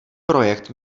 projekt